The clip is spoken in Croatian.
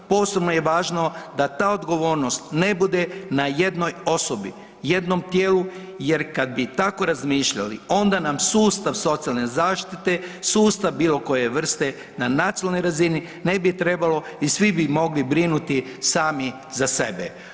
Posebno je važno da ta odgovornost ne bude na jednoj osobi, jednom tijelu jer kad bi tako razmišljali onda nam sustav socijalne zaštite, sustav bilo koje vrste na nacionalnoj razini ne bi trebalo i svi bi mogli brinuti sami za sebe.